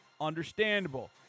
understandable